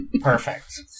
Perfect